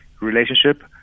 relationship